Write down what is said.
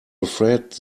afraid